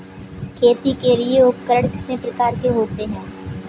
खेती के लिए उपकरण कितने प्रकार के होते हैं?